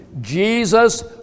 jesus